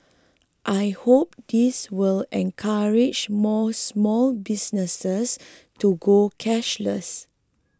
I hope this will encourage more small businesses to go cashless